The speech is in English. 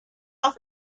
off